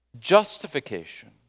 justification